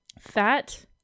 fat